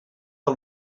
des